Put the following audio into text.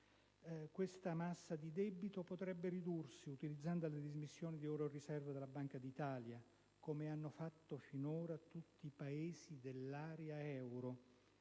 L'enorme massa di debito pubblico potrebbe ridursi utilizzando le dismissioni di oro e le riserve della Banca d'Italia, come hanno fatto finora tutti i Paesi dell'area euro,